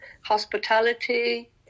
hospitality